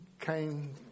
came